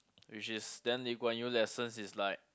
which is then Lee-Kuan-Yew lessons is like